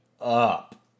up